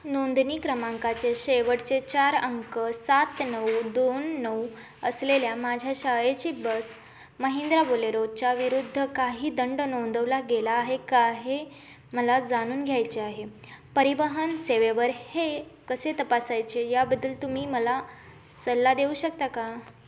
नोंदणी क्रमांकाचे शेवटचे चार अंक सात नऊ दोन नऊ असलेल्या माझ्या शाळेची बस महिंद्रा बोलेरोच्या विरुद्ध काही दंड नोंदवला गेला आहे का हे मला जाणून घ्यायचे आहे परिवहन सेवेवर हे कसे तपासायचे याबद्दल तुम्ही मला सल्ला देऊ शकता का